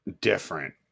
different